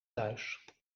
thuis